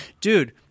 Dude